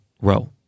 row